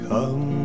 Come